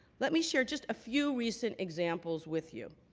let me share just a few recent examples with you.